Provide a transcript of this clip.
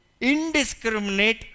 Indiscriminate